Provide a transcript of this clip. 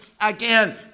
again